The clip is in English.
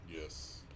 Yes